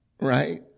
right